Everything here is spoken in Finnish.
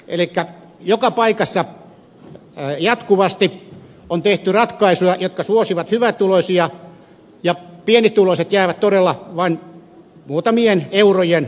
elikkä joka paikassa jatkuvasti on tehty ratkaisuja jotka suosivat hyvätuloisia ja pienituloiset jäävät todella vain muutamien eurojen hyödyn saajaksi